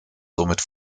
somit